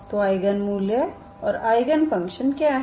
तो आईगन मूल्य और आईगन फ़ंक्शन क्या हैं